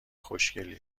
خوشگل